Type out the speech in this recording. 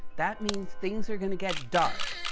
that means, things are gonna get dark.